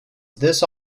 this